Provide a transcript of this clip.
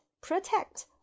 Protect